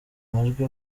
majwi